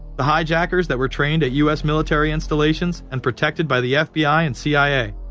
the hijackers that were trained at us military installations. and protected by the fbi and cia.